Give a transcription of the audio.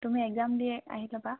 তুমি একজাম দি আহি ল'বা